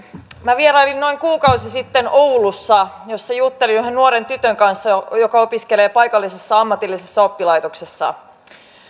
minä vierailin noin kuukausi sitten oulussa missä juttelin yhden nuoren tytön kanssa joka opiskelee paikallisessa ammatillisessa oppilaitoksessa